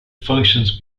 functions